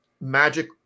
magic